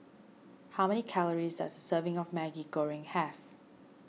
how many calories does a serving of Maggi Goreng have